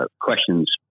questions